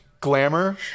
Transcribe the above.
Glamour